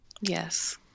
Yes